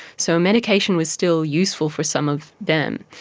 so medication was still useful for some of them,